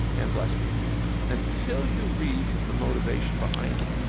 and bless me until you read the motivation behind it,